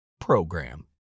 program